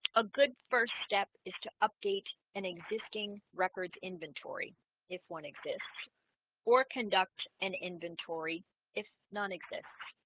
a good first step is to update an existing records inventory if one exists or conduct an inventory if none exists